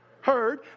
heard